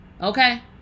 Okay